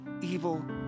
evil